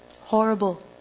Horrible